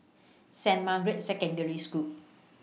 Saint Margaret's Secondary School